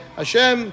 Hashem